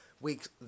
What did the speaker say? weeks